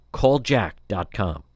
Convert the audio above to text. calljack.com